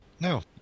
No